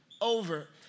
Over